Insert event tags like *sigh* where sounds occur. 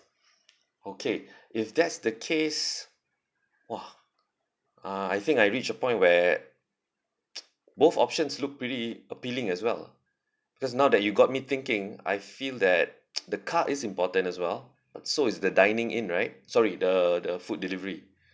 okay *breath* if that's the case !wah! uh I think I reach a point where *noise* both options look pretty appealing as well lah cause now that you got me thinking I feel that *noise* the car is important as well but so is the dining in right sorry the the food delivery